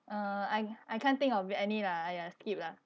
uh I I can't think of it any lah !aiya! skip lah